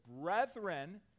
brethren